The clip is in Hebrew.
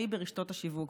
שהיא ברשתות השיווק.